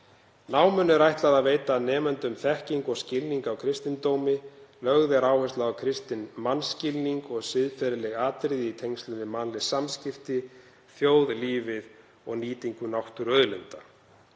Náminu er ætlað að veita nemendum þekkingu og skilning á kristindómi, lögð er áhersla á kristinn mannskilning og siðferðileg atriði í tengslum við mannleg samskipti, þjóðlífið og nýtingu náttúruauðlinda.